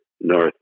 north